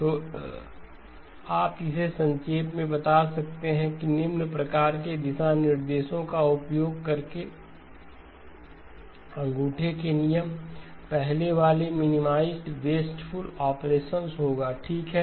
तो आप इसे संक्षेप में बता सकते हैं कि निम्न प्रकार के दिशानिर्देशों का उपयोग करके अंगूठे के नियम पहले वाले मिनिमाइजड़ वेस्टफुकल ऑपरेशन्स होगा ठीक है